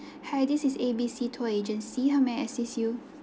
hi this is A_B_C tour agency how may I assist you